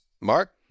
Mark